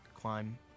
climb